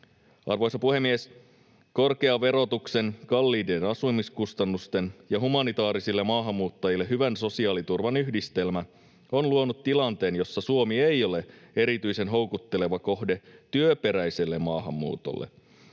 Arvoisa puhemies! Korkean verotuksen, kalliiden asumiskustannusten ja humanitaarisille maahanmuuttajille hyvän sosiaaliturvan yhdistelmä on luonut tilanteen, jossa Suomi ei ole erityisen houkutteleva kohde työperäiselle maahanmuutolle,